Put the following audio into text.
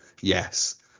yes